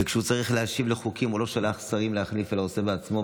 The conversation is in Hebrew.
וכשהוא צריך להשיב על חוקים הוא לא שולח שרים להחליף אלא עושה בעצמו,